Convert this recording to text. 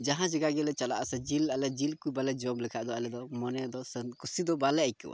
ᱡᱟᱦᱟᱸ ᱡᱟᱭᱜᱟ ᱜᱮᱞᱮ ᱪᱟᱞᱟᱜ ᱟᱥᱮ ᱡᱤᱞ ᱟᱞᱮ ᱡᱤᱞ ᱠᱚ ᱵᱟᱞᱮ ᱡᱚᱢ ᱞᱮᱠᱷᱟᱡ ᱫᱚ ᱟᱞᱮ ᱫᱚ ᱢᱚᱱᱮ ᱨᱮᱫᱚ ᱠᱩᱥᱤ ᱫᱚ ᱵᱟᱞᱮ ᱟᱹᱭᱠᱟᱹᱣᱟ